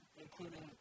including